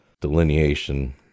delineation